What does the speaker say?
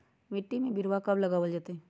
मिट्टी में बिरवा कब लगवल जयतई?